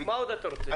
מה עוד אתה רוצה?